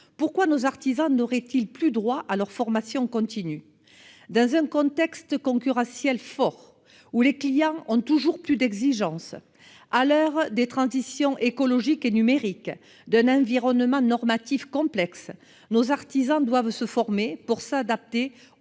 pourquoi nos artisans n'auraient-ils plus droit à la formation continue ? Dans un contexte concurrentiel fort, où les clients ont toujours plus d'exigences, à l'heure des transitions écologiques et numériques et d'un environnement normatif complexe, nos artisans doivent se former pour s'adapter aux